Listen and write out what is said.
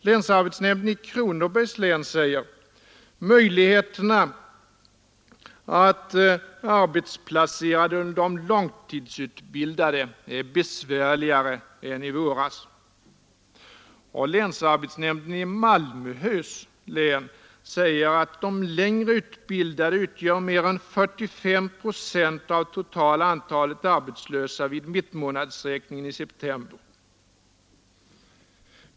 Länsarbetsnämnden i Kronobergs län: Möjligheterna att arbetsplacera de långtidsutbildade är besvärligare än i våras. Länsarbetsnämnden i Malmöhus län: De längre utbildade utgör mer än 45 7 av totala antalet arbetslösa vid mittmånadsräkningen i september.